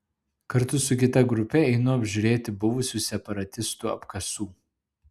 kartu su kita grupe einu apžiūrėti buvusių separatistų apkasų